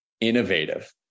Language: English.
innovative